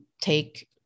take